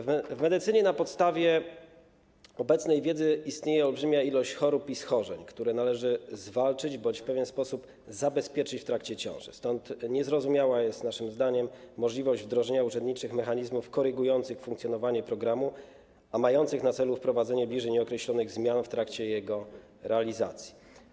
W medycynie, zgodnie z obecną wiedzą, istnieje olbrzymia ilość chorób i schorzeń, które należy zwalczyć bądź przed którymi należy w pewien sposób zabezpieczyć kobiety w ciąży, stąd niezrozumiała jest naszym zdaniem możliwość wdrożenia urzędniczych mechanizmów korygujących funkcjonowanie programu, a mających na celu wprowadzenie bliżej nieokreślonych zmian w trakcie jego realizacji.